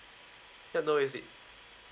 ya no worries it